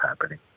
happening